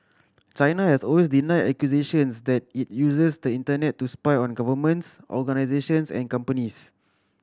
China has always denied accusations that it uses the Internet to spy on governments organisations and companies